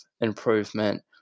improvement